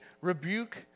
rebuke